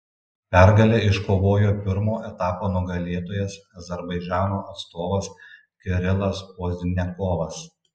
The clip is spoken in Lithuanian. pergalę iškovojo pirmo etapo nugalėtojas azerbaidžano atstovas kirilas pozdniakovas